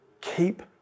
keep